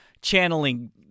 channeling